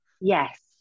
Yes